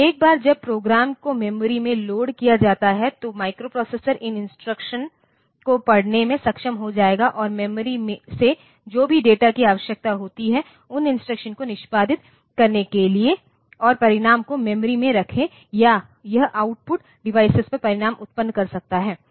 तो एक बार जब प्रोग्राम को मेमोरी में लोड किया जाता है तो माइक्रोप्रोसेसर इन इंस्ट्रक्शंस को पढ़ने में सक्षम हो जाएगा और मेमोरी से जो भी डेटा की आवश्यकता होती है उन इंस्ट्रक्शंस को निष्पादित करने के लिए और परिणाम को मेमोरी में रखें या यह आउटपुट डिवाइस पर परिणाम उत्पन्न कर सकता है